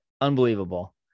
unbelievable